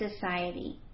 society